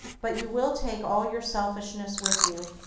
but you will take all your selfishness with you,